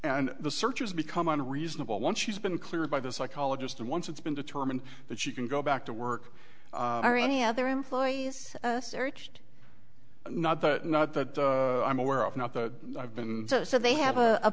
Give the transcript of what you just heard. and the searches become a reasonable once she's been cleared by the psychologist and once it's been determined that she can go back to work or any other employees searched not that not that i'm aware of not that i've been so they have